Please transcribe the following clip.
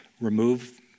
remove